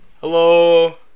Hello